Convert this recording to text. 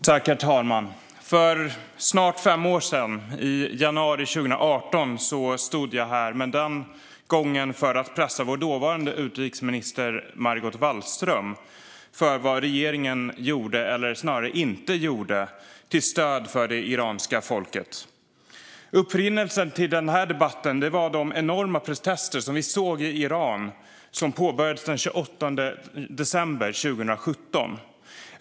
Herr talman! För snart fem år sedan, i januari 2018, stod jag här - den gången för att pressa vår dåvarande utrikesminister Margot Wallström om vad regeringen gjorde eller snarare inte gjorde till stöd för det iranska folket. Upprinnelsen till den här debatten var de enorma protester vi såg i Iran som påbörjades den 28 december 2017.